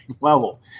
level